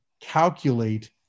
calculate